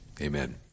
amen